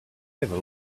never